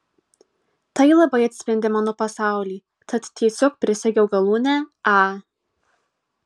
tai labai atspindi mano pasaulį tad tiesiog prisegiau galūnę a